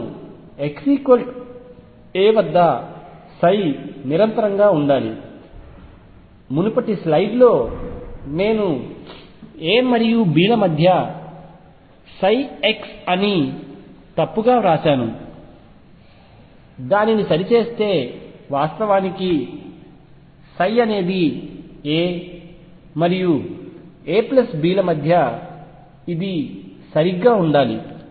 మనము x a వద్ద నిరంతరంగా ఉండాలి మునుపటి స్లయిడ్లో నేను a మరియు b ల మధ్య x అని తప్పుగా వ్రాశాను దానిని సరిచేస్తే వాస్తవానికి అనేది a మరియు a b ల మధ్య ఇది సరిగ్గా ఉండాలి